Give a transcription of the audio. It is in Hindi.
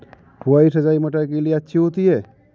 फुहारी सिंचाई मटर के लिए अच्छी होती है?